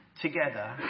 together